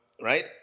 Right